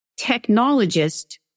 technologist